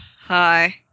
hi